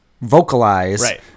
vocalize